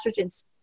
estrogen's